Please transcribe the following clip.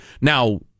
Now